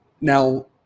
Now